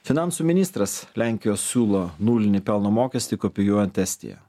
finansų ministras lenkijos siūlo nulinį pelno mokestį kopijuojant estiją